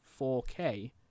4K